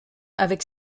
avec